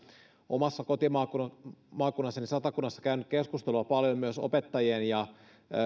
omassa kotimaakunnassani satakunnassa käynyt keskustelua paljon myös opettajien ja